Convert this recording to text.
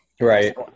right